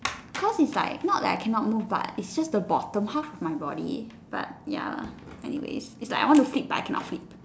cause it's like not like I cannot move it's just the bottom half of my body but ya lah anyways it's like I want to flip but I cannot flip